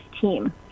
team